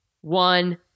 One